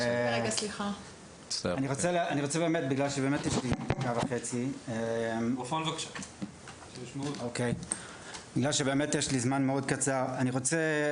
בגלל שיש לי זמן מאוד קצר,